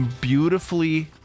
Beautifully